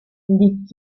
liegt